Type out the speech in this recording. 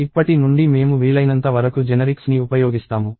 ఇప్పటి నుండి మేము వీలైనంత వరకు జెనరిక్స్ని ఉపయోగిస్తాము